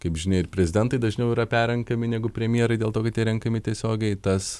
kaip žinia ir prezidentai dažniau yra perrenkami negu premjerai dėl to kad jie renkami tiesiogiai tas